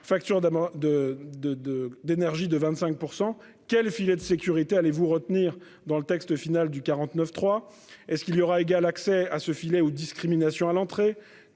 de de d'énergie de 25% quel filet de sécurité allez-vous retenir dans le texte final du 49 3 ce qu'il y aura égal accès à ce filet aux discriminations à l'entrée.